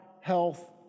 health